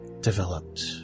developed